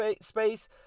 space